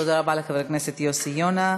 תודה לחבר הכנסת יוסי יונה.